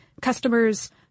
customer's